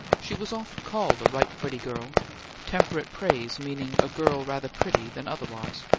she was often called a right pretty girl temperate praise meaning a girl rather pretty than otherwise,